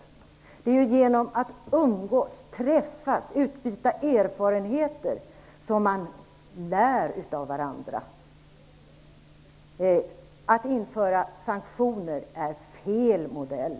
Det är ju genom att umgås, träffas och utbyta erfarenheter som man lär av varandra. Att införa sanktioner vore fel modell.